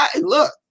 look